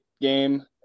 game